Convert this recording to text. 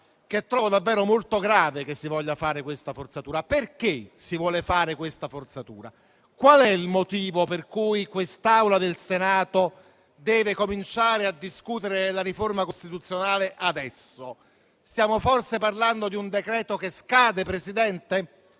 che trovo davvero molto grave che si voglia fare questa forzatura. Perché la si vuole fare? Qual è il motivo per cui l'Assemblea del Senato deve cominciare a discutere la riforma costituzionale adesso? Stiamo forse parlando di un decreto-legge che scade, signor Presidente?